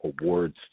awards